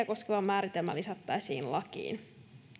koskeva määritelmä lisättäisiin lakiin